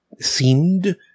seemed